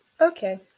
Okay